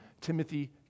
Timothy